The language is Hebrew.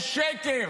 זה שקר.